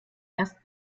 erst